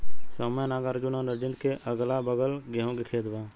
सौम्या नागार्जुन और रंजीत के अगलाबगल गेंहू के खेत बा